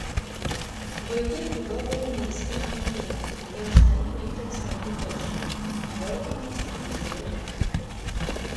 vaikai gudobelių neskiria nuo ievų jiems nėra itin svarbu kas žydi įvardijimas ateis vėliau